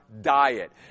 diet